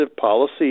policy